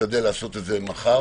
נשתדל לעשות את זה מחר.